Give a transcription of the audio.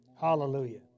Hallelujah